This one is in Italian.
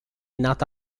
nata